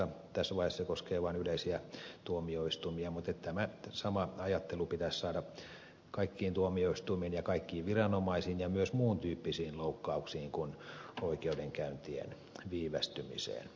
tässä vaiheessa se koskee vain yleisiä tuomioistuimia mutta tämä sama ajattelu pitäisi saada kaikkiin tuomioistuimiin ja kaikkiin viranomaisiin ja myös muun tyyppisiin loukkauksiin kuin oikeudenkäyntien viivästymiseen